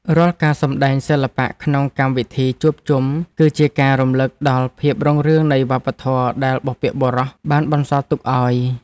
រាល់ការសម្តែងសិល្បៈក្នុងកម្មវិធីជួបជុំ គឺជាការរំលឹកដល់ភាពរុងរឿងនៃវប្បធម៌ដែលបុព្វបុរសបានបន្សល់ទុកឱ្យ។